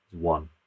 one